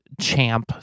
champ